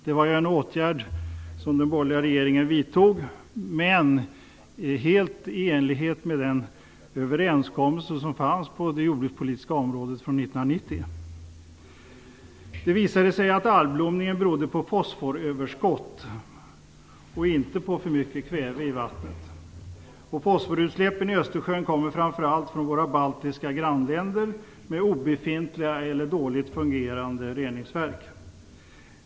Det var ju en åtgärd som den borgerliga regeringen vidtog helt i enlighet med den överenskommelse som fanns på det jordbrukspolitiska området från 1990. Det visade sig att algblomningen berodde på fosforöverskott och inte på för mycket kväve i vattnet. Och fosforutsläppen i Östersjön kommer framför allt från våra baltiska grannländer med obefintliga eller dåligt fungerande reningsverk.